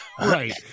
Right